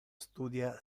studia